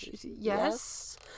Yes